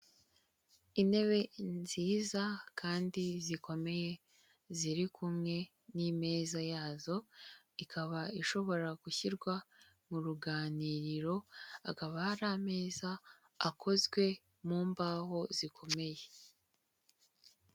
Intebe nziza kandi zikomeye ziri kumwe n'Imeza yazo ikaba ishobora gushyirwa mu ruganiriro akaba hari ameza akozwe mu mbaho zikomeye.